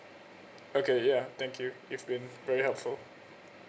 okay yeah thank you've been very helpful